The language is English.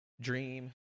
Dream